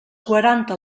quaranta